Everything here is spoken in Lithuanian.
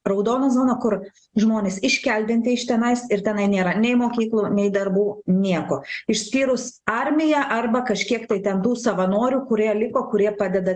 raudona zona kur žmonės iškeldinti iš tenais ir tenai nėra nei mokyklų nei darbų nieko išskyrus armiją arba kažkiek tai ten tų savanorių kurie liko kurie padeda